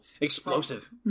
explosive